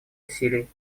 усилий